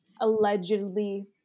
allegedly